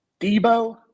Debo